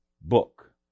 book